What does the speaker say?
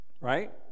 Right